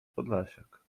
podlasiak